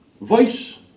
Vice